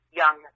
young